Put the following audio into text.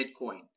Bitcoin